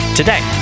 today